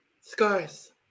Scars